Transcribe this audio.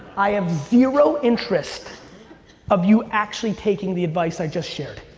i have zero interest of you actually taking the advice i just shared.